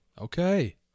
Okay